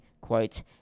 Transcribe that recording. quote